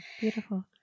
beautiful